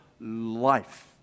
life